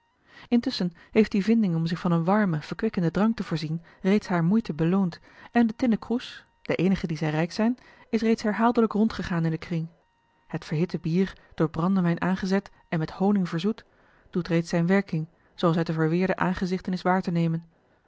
intusschen heeft die vinding om zich van een warmen verkwikkenden drank te voorzien reeds hare moeite beloond en de tinnen kroes de eenige dien zij rijk zijn is reeds herhaaldelijk rondgegaan in den kring het verhitte bier door brandewijn aangezet en met honig verzoet doet reeds zijne werking zooals uit de verweerde aangezichten is waar te nemen